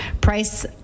price